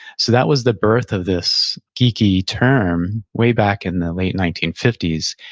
so that was the birth of this geeky term, way back in the late nineteen fifty s,